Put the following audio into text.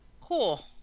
Cool